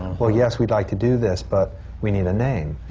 well, yes, we'd like to do this, but we need a name,